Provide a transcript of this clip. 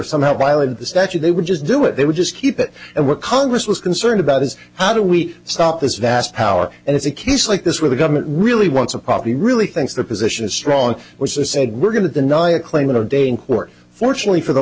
violated the statute they would just do it they would just keep it and what congress was concerned about is how do we stop this vast power and it's a case like this where the government really wants a puppy really thinks the position is strong which is said we're going to deny a claim in our day in court fortunately for the